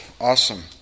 awesome